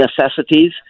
necessities